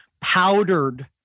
powdered